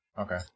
Okay